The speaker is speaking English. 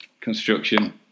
construction